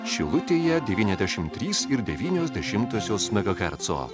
šilutėje devyniasdešim trys ir devynios dešimtosios megaherco